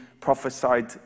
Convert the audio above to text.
prophesied